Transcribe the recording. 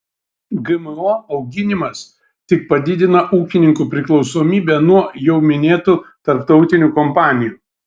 gmo auginimas tik padidina ūkininkų priklausomybę nuo jau minėtų tarptautinių kompanijų